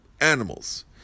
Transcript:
animals